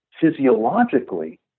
physiologically